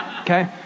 Okay